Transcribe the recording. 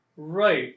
Right